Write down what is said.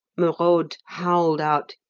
merode howled out,